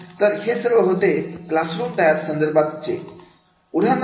तर हे सर्व होते क्लासरूम तयार करण्यासंदर्भात चे